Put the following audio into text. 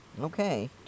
Okay